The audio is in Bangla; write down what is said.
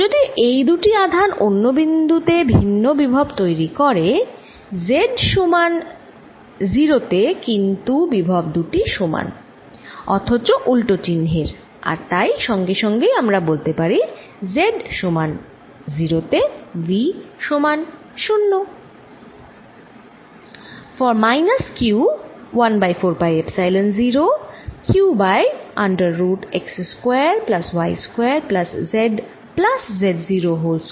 যদিও এই দুটি আধান অন্য বিন্দু তে ভিন্ন বিভব তৈরি করে z সমান 0 তে কিন্তু বিভব দুটি সমান অথচ উল্টো চিহ্নের আর তাই সঙ্গে সঙ্গেই আমরা বলতে পারি z সমান 0 তে V সমান 0